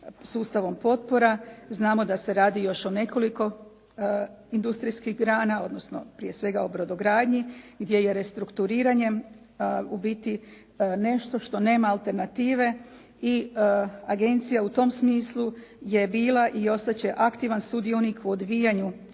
sustavom potpora. Znamo da se radi još o nekoliko industrijskih grana, odnosno prije svega o brodogradnji gdje je restrukturiranjem u biti nešto što nema alternative i agencija u tom smislu je bila i ostat će aktivan sudionik u odvijanju